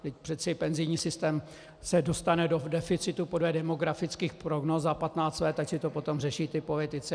Vždyť přece penzijní systém se dostane do deficitu podle demografických prognóz za 15 let, ať si to potom řeší ti politici.